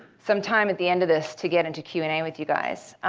some time at the end of this to get into q and a with you guys.